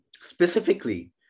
Specifically